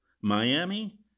Miami